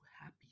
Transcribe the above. happy